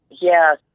Yes